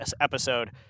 episode